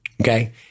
Okay